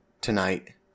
tonight